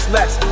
Less